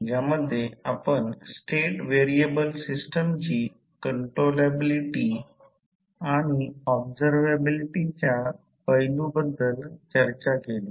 तर Re2Z B 2 आणि XE2 प्रति एकक हे XE2Z B 2 आहे आणि जसे मी येथे लिहिले आहे ते प्रति एकक आहे